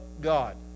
God